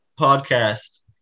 podcast